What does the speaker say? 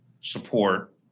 support